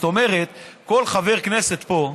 זאת אומרת כל חבר כנסת פה,